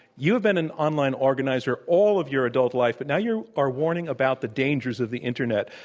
you have been an online organizer all of your adult life. but now you are warning about the dangers of the internet.